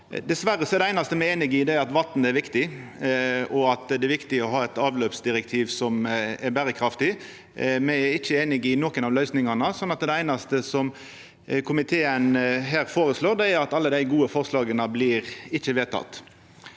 Dessverre er det einaste me er einige om, at vatn er viktig, og at det er viktig å ha eit avløpsdirektiv som er berekraftig. Me er ikkje einige om nokon av løysingane, så det einaste som komiteen her føreslår, er at alle dei gode forslaga ikkje blir vedtekne.